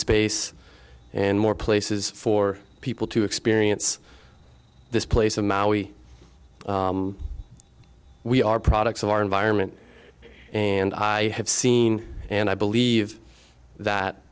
space and more places for people to experience this place of we are products of our environment and i have seen and i believe that